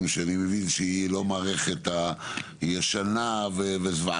שאני מבין שהיא לא מערכת ישנה וזוועתית,